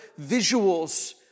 visuals